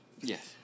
Yes